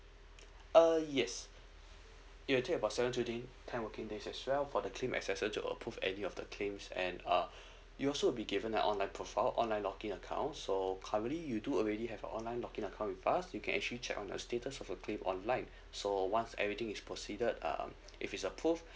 uh yes it will take about seven to ten working days as well for the claim accessor to approve any of the claims and uh you also be given an online profile online logging account so currently you do already have a online logging account with us you can actually check on the status of your claim online so once everything is proceeded um if it's approved